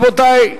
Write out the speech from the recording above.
רבותי,